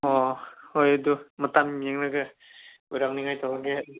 ꯑꯣ ꯍꯣꯏ ꯑꯗꯨ ꯃꯇꯥꯝ ꯌꯦꯡꯂꯒ ꯑꯣꯏꯔꯝꯅꯤꯡꯉꯥꯏ ꯇꯧꯒꯦ